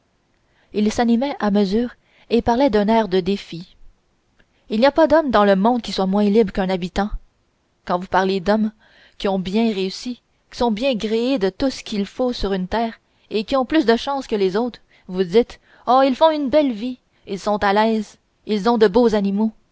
il s'animait à mesure et parlait d'un air de défi il n'y a pas d'homme dans le monde qui soit moins libre qu'un habitant quand vous parlez d'hommes qui ont bien réussi qui sont bien gréés de tout ce qu'il faut sur une terre et qui ont plus de chance que les autres vous dites ah ils font une belle vie ils sont à l'aise ils ont de beaux animaux